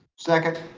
second.